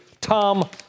Tom